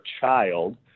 child